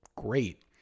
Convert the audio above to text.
great